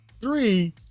Three